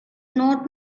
not